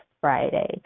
Friday